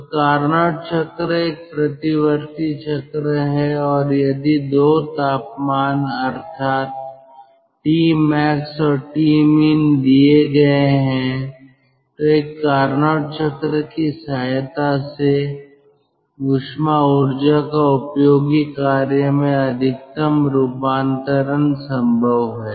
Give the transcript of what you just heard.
तो कार्नोट चक्र एक प्रतिवर्ती चक्र है और यदि दो तापमान अर्थात Tmax और Tmin दिए गए हैं तो एक कार्नोट चक्र की सहायता से ऊष्मा ऊर्जा का उपयोगी कार्य में अधिकतम रूपांतरण संभव है